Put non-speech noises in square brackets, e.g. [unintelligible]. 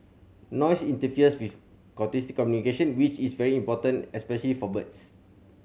noise interferes with [unintelligible] communication which is very important especially for birds